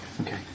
Okay